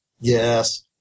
Yes